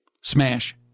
Smash